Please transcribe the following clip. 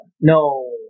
No